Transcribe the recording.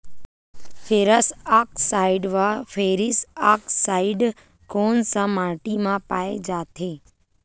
Ferrous oxide व ferric oxide कोन सा माटी म पाय जाथे?